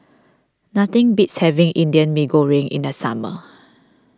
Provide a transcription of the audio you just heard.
nothing beats having Indian Mee Goreng in the summer